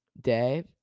day